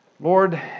Lord